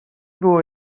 było